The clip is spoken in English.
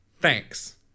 Thanks